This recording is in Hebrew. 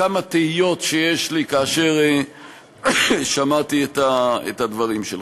כמה תהיות שיש לי לאחר ששמעתי את הדברים שלך.